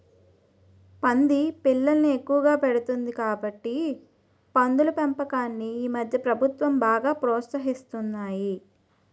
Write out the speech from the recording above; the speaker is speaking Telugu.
పంది పిల్లల్ని ఎక్కువగా పెడుతుంది కాబట్టి పందుల పెంపకాన్ని ఈమధ్య ప్రభుత్వాలు బాగా ప్రోత్సహిస్తున్నాయి